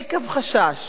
עקב חשש